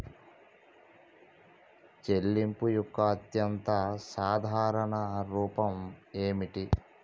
చెల్లింపు యొక్క అత్యంత సాధారణ రూపం ఏమిటి?